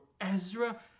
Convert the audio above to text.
Ezra